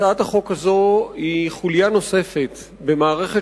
הצעת החוק הזאת היא חוליה נוספת במערכת